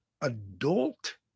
adult